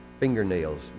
fingernails